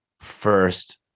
first